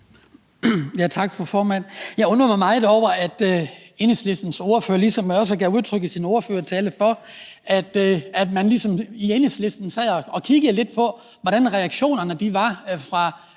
Tak, fru formand. Jeg undrede mig meget over, at Enhedslistens ordfører i sin ordførertale gav udtryk for, at man i Enhedslisten ligesom sad og kiggede lidt på, hvordan reaktionerne var fra